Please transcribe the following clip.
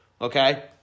Okay